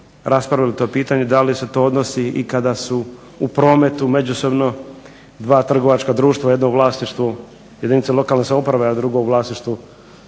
raspravili to pitanje da li se to odnosi i kada su u prometu međusobno dva trgovačka društva u jednom vlasništvu jedinice lokalne samouprave, a drugo u vlasništvu